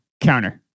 counter